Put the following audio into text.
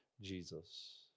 Jesus